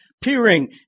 peering